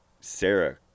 Sarah